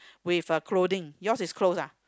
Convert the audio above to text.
with a clothing yours is closed ah